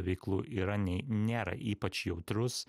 veiklų yra nei nėra ypač jautrus